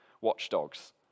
watchdogs